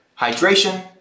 hydration